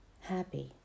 happy